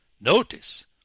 Notice